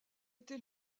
été